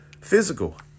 physical